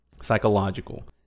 Psychological